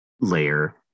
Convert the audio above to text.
Layer